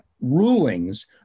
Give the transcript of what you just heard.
rulings